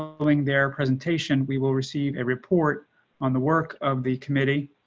following their presentation we will receive a report on the work of the committee,